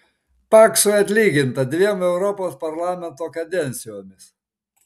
paksui atlyginta dviem europos parlamento kadencijomis